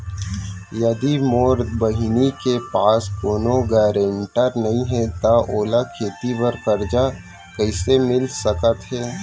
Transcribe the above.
यदि मोर बहिनी के पास कोनो गरेंटेटर नई हे त ओला खेती बर कर्जा कईसे मिल सकत हे?